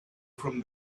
from